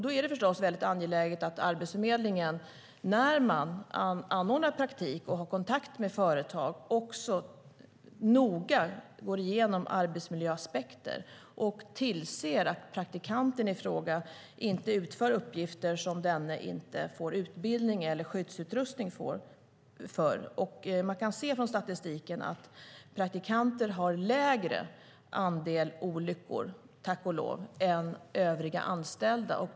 Då är det förstås angeläget att Arbetsförmedlingen när man anordnar praktik och har kontakt med företag också noga går igenom arbetsmiljöaspekter och tillser att praktikanten i fråga inte utför uppgifter som denne inte får utbildning eller skyddsutrustning för. Man kan ur statistiken se att praktikanter tack och lov har lägre andel olyckor än övriga anställda.